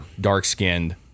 dark-skinned